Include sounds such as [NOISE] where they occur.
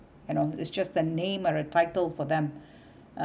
and all it's just a name or a title for them [BREATH] uh